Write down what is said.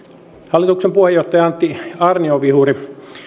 hallituksen puheenjohtaja antti aarnio wihuri